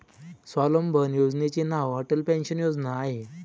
स्वावलंबन योजनेचे नाव अटल पेन्शन योजना आहे